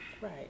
Right